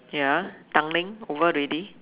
ya Tanglin over already